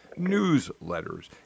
newsletters